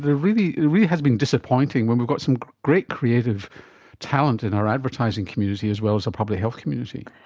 really really has been disappointing, when we've got some great creative talent in our advertising community as well as the public health community?